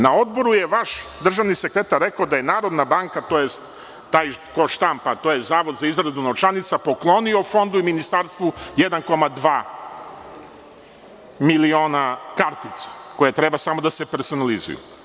Na Odboru je vaš državni sekretar rekao da je Narodna banka, tj. Zavod za izradu novčanica, poklonio Fondu i Ministarstvu 1,2 miliona kartica koje treba samo da se personalizuju.